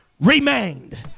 Remained